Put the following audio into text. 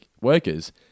workers